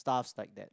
stuff like that